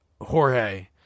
jorge